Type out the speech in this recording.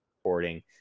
recording